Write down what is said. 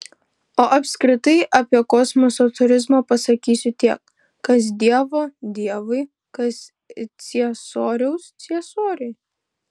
o apskritai apie kosmoso turizmą pasakysiu tiek kas dievo dievui kas ciesoriaus ciesoriui